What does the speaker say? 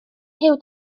huw